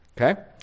okay